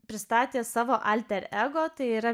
pristatė savo alter ego tai yra